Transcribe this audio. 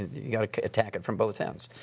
you gotta attack it from both ends.